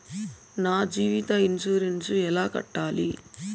నా జీవిత ఇన్సూరెన్సు ఎలా కట్టాలి?